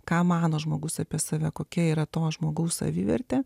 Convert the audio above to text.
ką mano žmogus apie save kokia yra to žmogaus savivertė